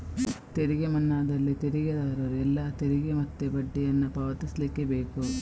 ತೆರಿಗೆ ಮನ್ನಾದಲ್ಲಿ ತೆರಿಗೆದಾರರು ಎಲ್ಲಾ ತೆರಿಗೆ ಮತ್ತೆ ಬಡ್ಡಿಯನ್ನ ಪಾವತಿಸ್ಲೇ ಬೇಕು